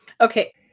Okay